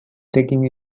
taking